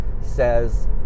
says